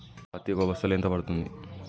పత్తి ఒక బస్తాలో ఎంత పడ్తుంది?